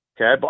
Okay